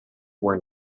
were